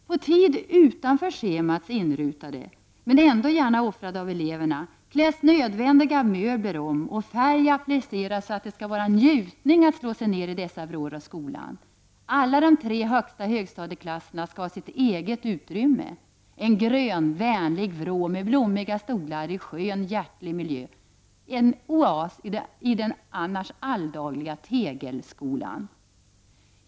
På tid utanför schemats inrutade, men ändå gärna offrad av eleverna, kläs nödvändiga möbler om och färg appliceras, så att det skall vara en njutning att slå sig ner i dessa vrår av skolan. Alla de tre högsta högstadieklasserna skall ha sitt eget utrymme — en grön, vänlig vrå med blommiga stolar i skön, hjärtlig miljö, en oas i den annars alldagliga tegelskolan.